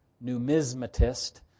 numismatist